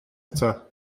eto